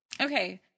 okay